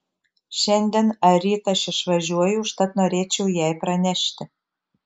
šiandien ar ryt aš išvažiuoju užtat norėčiau jai pranešti